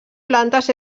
plantes